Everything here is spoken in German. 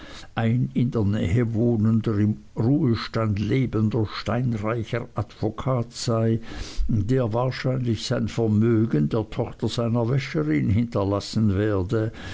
ein in der nähe wohnender im ruhestand lebender steinreicher advokat sei der wahrscheinlich sein vermögen der tochter seiner wäscherin hinterlassen werde